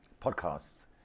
podcasts